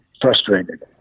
frustrated